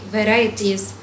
varieties